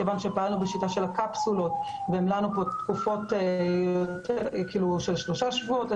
מכיוון שפעלנו בשיטה של הקפסולות והלנו פה לתקופות של שלושה שבועות.